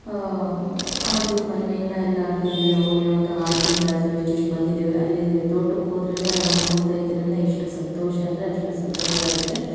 ಅದು ಮೊನ್ನೆ ಇನ್ನೂ ಎಲ್ಲ ಹಾಕಿದೀವಿ ಅವಾಗಲೇ ಒಂದು ಆರು ತಿಂಗಳಾಯ್ತು ಇಷ್ಟಿಷ್ಟು ಬಂದಿದ್ದಾವೆ ಅಲ್ಲಿ ತೋಟಕ್ಕೋದ್ರೆನೇ ಅವನ್ನ ನೋಡ್ತಾ ಇದ್ದರೇನೇ ಎಷ್ಟು ಸಂತೋಷ ಅಂದರೆ ಅಷ್ಟು ಸಂತೋಷ ಆಗುತ್ತೆ